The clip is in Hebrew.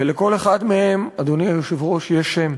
ולכל אחד מהם, אדוני היושב-ראש, יש שם,